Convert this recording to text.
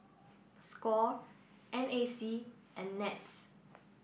Score N A C and NETS